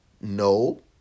No